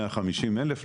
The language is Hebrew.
מאה חמישים אלף,